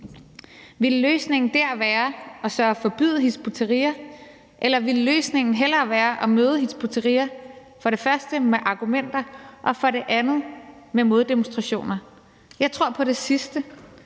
Ville løsningen der så være at forbyde Hizb ut-Tahrir, eller ville løsningen i stedet være at møde Hizb ut-Tahrir for det første med argumenter og for det andet med moddemonstrationer? Jeg tror på det sidste,